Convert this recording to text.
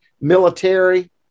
military